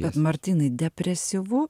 bet martynai depresyvu